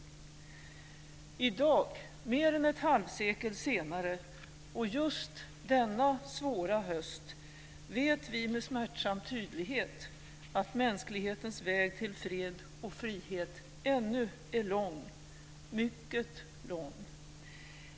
I dag, mer än ett halvsekel senare och just denna svåra höst, vet vi med smärtsam tydlighet att mänsklighetens väg till fred och frihet ännu är lång - mycket lång.